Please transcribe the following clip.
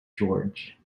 george